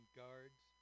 guards